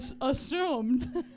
assumed